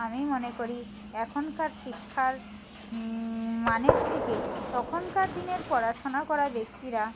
আমি মনে করি এখনকার শিক্ষার মানের থেকে তখনকার দিনের পড়াশোনা করা ব্যক্তিরা